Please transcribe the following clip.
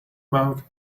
about